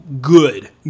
good